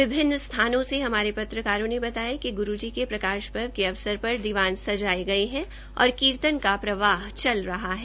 विभिन्न स्थानों से हमारे पत्रकारों ने बताया कि ग्रू जी के प्रकाशपर्व के अवसर पर दीवान सजाये गये है और कीर्तन का प्रवाह चल रहा है